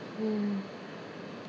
mm